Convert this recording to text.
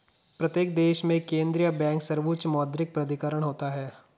प्रत्येक देश में केंद्रीय बैंक सर्वोच्च मौद्रिक प्राधिकरण होता है